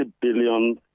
billion